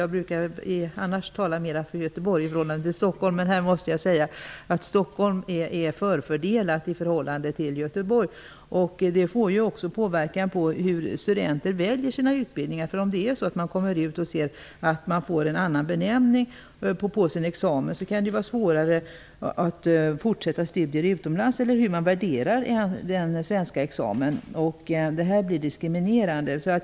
Jag brukar annars tala mera om Göteborg i förhållande till Stockholm, men här måste jag säga att Stockholm är förfördelat i förhållande till Göteborg. Det påverkar också studenternas val av utbildning. Om man får en annan benämning på sin examen så kan det vara svårare att fortsätta med studier utomlands. Frågan uppstår hur man skall värdera den svenska examen. Det är diskriminerande.